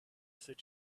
this